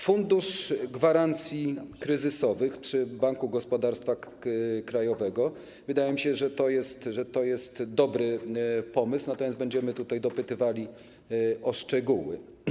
Fundusz Gwarancji Kryzysowych przy Banku Gospodarstwa Krajowego - wydaje mi się, że to jest dobry pomysł, natomiast będziemy dopytywali o szczegóły.